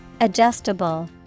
Adjustable